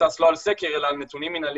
שמבוסס לא על סקר, אלא על נתונים מנהליים,